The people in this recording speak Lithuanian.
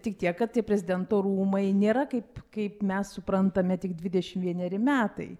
tik tiek kad tie prezidento rūmai nėra kaip kaip mes suprantame tik dvidešim vieneri metai